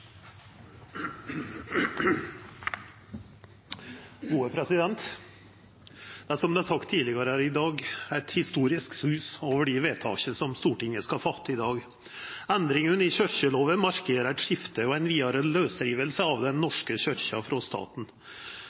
sagt tidlegare her i dag – eit historisk sus over dei vedtaka som Stortinget skal gjera i dag. Endringane av kyrkjeloven markerer eit skifte og ei vidare lausriving av Den norske kyrkja frå staten.